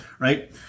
right